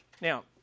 Now